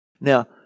Now